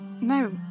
no